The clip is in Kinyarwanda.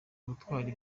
ubutwari